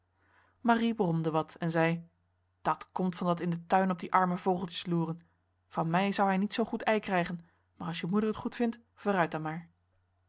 marie bromde wat en zei dat komt van dat in den tuin op die arme vogeltjes loeren van mij zou hij niet zoo'n goed ei krijgen maar als je moeder t goed vindt vooruit dan maar